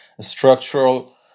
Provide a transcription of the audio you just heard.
structural